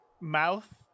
Mouth